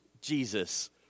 Jesus